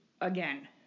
again